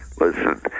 Listen